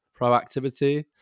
proactivity